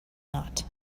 not